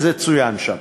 וזה צוין שם,